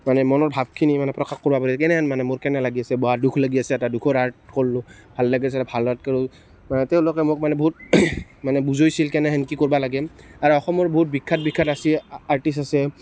মানে মনৰ ভাৱখিনি মানে প্ৰকাশ কৰিব পাৰে তেনেহেন মানে মোৰ কেনে লাগি আছে বা দুখ লাগি আছে এটা দুখৰ আৰ্ট কৰিলোঁ ভাল লাগি আছে ভাল আৰ্ট কৰিলোঁ তেওঁলোকে মোক মানে বহুত মানে বুজাইছিল কেনেহেন কি কৰিব লাগে আৰু অসমৰ বহুত বিখ্যাত বিখ্যাত আছে আৰ্টিষ্ট আছে